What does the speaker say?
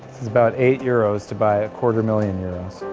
it's about eight euros to buy a quarter million euros.